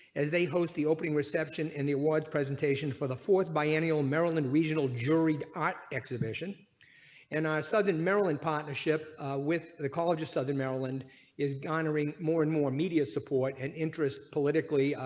as they host the opening reception in the awards presentation for the fourth biennial maryland regional juried art exhibition and a sudden maryland partnership with the college of southern maryland is gonna rain more and more media support an interest politically.